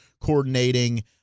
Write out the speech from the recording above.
coordinating